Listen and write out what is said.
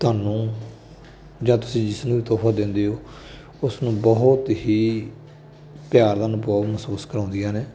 ਤੁਹਾਨੂੰ ਜਾਂ ਤੁਸੀਂ ਜਿਸ ਨੂੰ ਵੀ ਤੋਹਫ਼ਾ ਦਿੰਦੇ ਹੋ ਉਸ ਨੂੰ ਬਹੁਤ ਹੀ ਪਿਆਰ ਦਾ ਅਨੁਭਵ ਮਹਿਸੂਸ ਕਰਵਾਉਂਦੀਆਂ ਨੇ